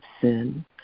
sin